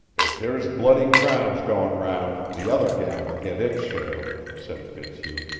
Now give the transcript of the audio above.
if there's bloody crowns going round, the other gang will get its share, said fitzhugh.